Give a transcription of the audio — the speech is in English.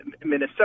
Minnesota